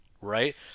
right